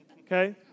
okay